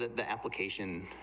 the application